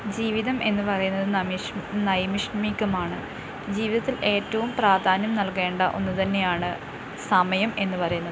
ജീവിതം എന്നുപറയുന്നത് നൈമിഷ്മികമാണ് ജീവിതത്തിൽ ഏറ്റവും പ്രാധാന്യം നൽകേണ്ട ഒന്ന് തന്നെയാണ് സമയം എന്നു പറയുന്നത്